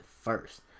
first